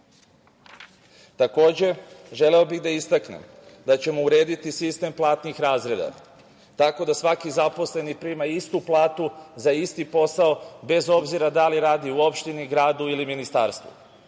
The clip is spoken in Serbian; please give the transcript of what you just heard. plata. Takođe, želeo bih da istaknem da ćemo urediti sistem platnih razreda, tako da svaki zaposleni prima istu platu za isti posao, bez obzira da li radi u opštini, gradu ili ministarstvu.